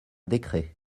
décret